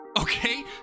Okay